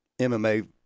MMA